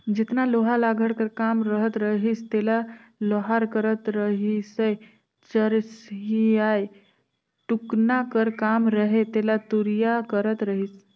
जेतना लोहा लाघड़ कर काम रहत रहिस तेला लोहार करत रहिसए चरहियाए टुकना कर काम रहें तेला तुरिया करत रहिस